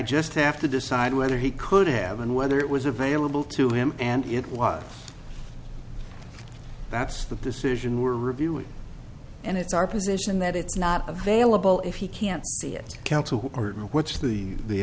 just have to decide whether he could have and whether it was available to him and it was that's the decision we're reviewing and it's our position that it's not available if he can't see it counsel or what's the